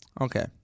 Okay